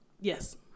yes